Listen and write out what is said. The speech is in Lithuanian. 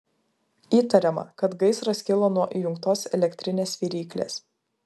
įtariama kad gaisras kilo nuo įjungtos elektrinės viryklės